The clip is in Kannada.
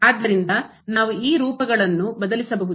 ಆದ್ದರಿಂದ ನಾವು ಈ ರೂಪಗಳನ್ನು ಬದಲಿಸಬಹುದು